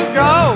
go